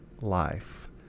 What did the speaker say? life